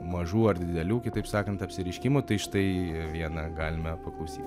mažų ar didelių kitaip sakant apsireiškimų tai štai vieną galime paklausyt